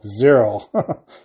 zero